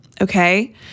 okay